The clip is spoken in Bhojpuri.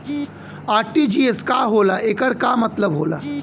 आर.टी.जी.एस का होला एकर का मतलब होला?